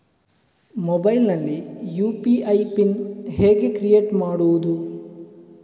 Mobile ನಲ್ಲಿ UPI PIN ಹೇಗೆ create ಮಾಡುವುದು?